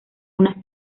unas